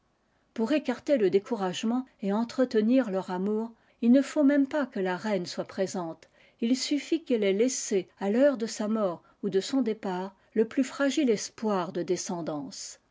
pour écarter le découragement et entretenir leur amour il ne faut même pas que la reine soit présente il suffit qu'elle ait laissé à l'heure de sa mort ou de son départ le plus fragile espoir de descendance